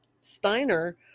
Steiner